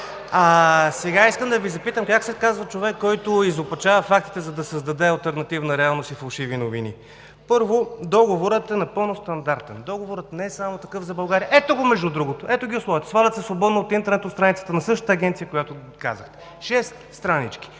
сега да Ви запитам: как се казва човек, който изопачава фактите, за да създаде алтернативна реалност и фалшиви новини? Първо, договорът е напълно стандартен. Договорът не само за България е такъв. (Показва документ.) Ето го, между другото, ето ги условията! Свалят се свободно от интернет страницата на същата агенция, която ни казахте – шест странички,